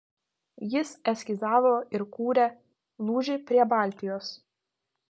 jis eskizavo ir kūrė lūžį prie baltijos